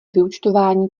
vyúčtování